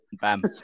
bam